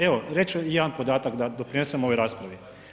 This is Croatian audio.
Evo reći ću i jedan podatak da doprinesem ovoj raspravi.